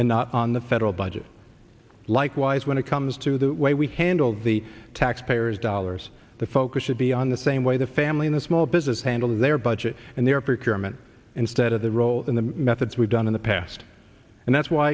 and not on the federal budget likewise when it comes to the way we handle the taxpayers dollars the focus should be on the same way the family in the small business handled their budget and they are preparing meant instead of the role in the methods we've done in the past and that's why